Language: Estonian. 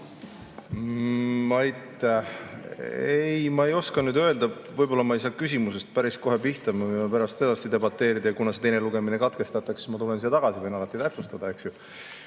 ma ei oska nüüd öelda, võib-olla ma ei saanud küsimusele päris kohe pihta. Me võime pärast edasi debateerida, kuna see teine lugemine katkestatakse, siis ma tulen siia tagasi ja võin alati täpsustada,